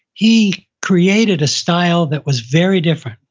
he created a style that was very different.